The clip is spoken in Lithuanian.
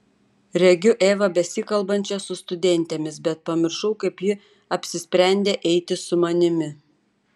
regiu evą besikalbančią su studentėmis bet pamiršau kaip ji apsisprendė eiti su manimi